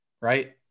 Right